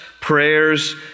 prayers